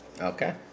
Okay